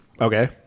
Okay